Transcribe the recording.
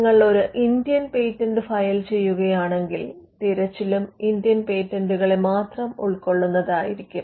നിങ്ങൾ ഒരു Indian patent file ചെയ്യുകയാണെങ്കിൽ തിരച്ചിലും ഇന്ത്യൻ പേറ്റന്റുകളെ മാത്രം ഉൾകൊള്ളുന്നതായിരിക്കും